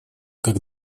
как